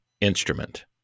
instrument